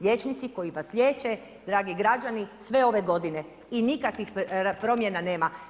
Liječnici koji vas liječe, dragi građani sve ove godine i nikakvih promjena nema.